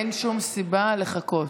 אין שום סיבה לחכות.